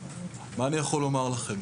מה אני יכול לומר לכם?